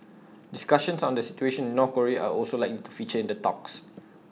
discussions on the situation in North Korea are also likely to feature in the talks